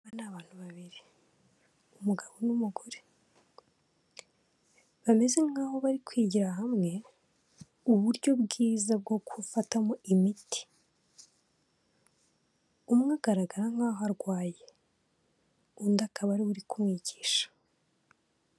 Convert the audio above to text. Aba ni abantu babiri. Umugabo n'umugore. Bameze nk'aho bari kwigira hamwe uburyo bwiza bwo gufatamo imiti. Umwe agaragara nk'aho arwaye, undi akaba ari we kumwigisha.